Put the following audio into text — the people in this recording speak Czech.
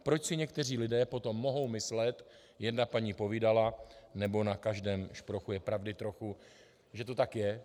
Proč si někteří lidé potom mohou myslet: jedna paní povídala nebo na každém šprochu je pravdy trochu, že to tak je?